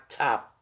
top